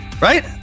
right